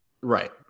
Right